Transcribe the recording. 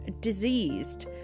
diseased